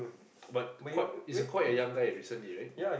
but quite is a quite a young guy recently right